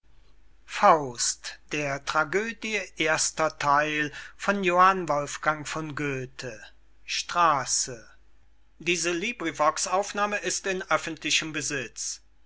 sprechen der tragödie erster